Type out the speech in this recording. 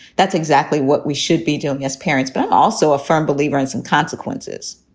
that's exactly what we should be doing as parents. but i'm also a firm believer in some consequences,